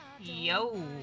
Yo